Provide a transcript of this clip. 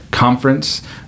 conference